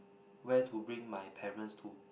where to bring my parents to